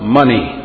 money